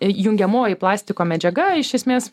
jungiamoji plastiko medžiaga iš esmės